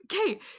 Okay